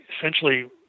essentially